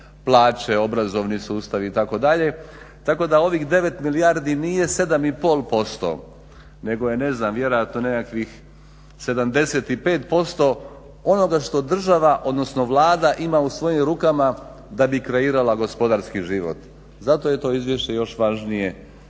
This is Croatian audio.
plaće, obrazovni sustav itd. tako da ovih 9 milijardi nije 7,5% nego je ne znam nekakvih 75% onoga što država odnosno Vlada ima u svojim rukama da bi kreirala gospodarski život. Zato je to izvješće još važnije